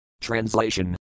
Translation